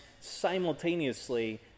simultaneously